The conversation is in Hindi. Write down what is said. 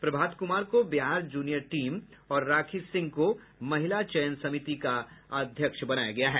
प्रभात कुमार को बिहार जूनियर टीम और राखी सिंह को महिला चयन समिति का अध्यक्ष बनाया गया है